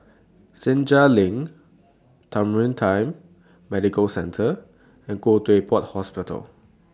Senja LINK timer Time Medical Centre and Khoo Teck Puat Hospital